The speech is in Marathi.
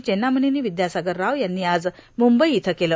चेव्नामनेनी विद्यासागर राव यांनी आज मुंबई इथं केलं